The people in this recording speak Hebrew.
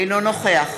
אינו נוכח